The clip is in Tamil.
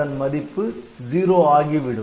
அதன் மதிப்பு '0' ஆகிவிடும்